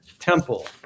Temple